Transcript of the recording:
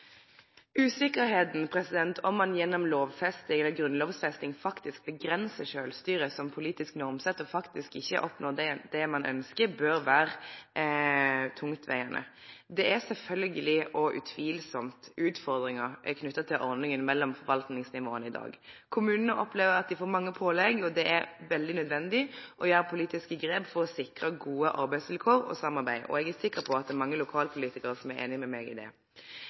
om ein gjennom grunnlovfesting faktisk avgrensar sjølvstyret som politisk normsettar og faktisk ikkje oppnår det ein ønskjer, bør vere tungtvegande. Det er sjølvsagt og utvilsamt utfordringar knytte til ordninga mellom forvaltingsnivåa i dag. Kommunane opplever at dei får mange pålegg. Det er veldig nødvendig å gjere politisk grep for å sikre gode arbeidsvilkår og samarbeid, og eg er sikker på at det er mange lokalpolitikarar som er einige med meg i det.